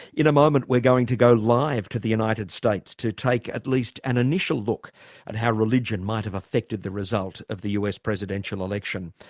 in a moment we're going to go live to the united states to take at least an initial look at how religion might have affected the result of the us presidential election.